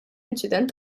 inċident